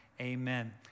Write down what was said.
amen